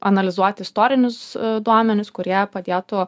analizuoti istorinius duomenis kurie padėtų